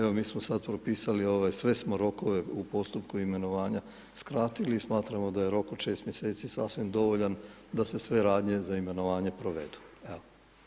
Evo, mi smo sad propisali, sve smo rokove u postupku imenovanja skratili i smatramo da je rok od 6 mjeseci sasvim dovoljan da se sve radnje za imenovanje provedu.